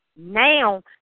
Now